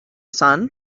sun